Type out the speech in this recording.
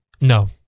No